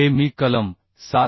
हे मी कलम 7